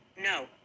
No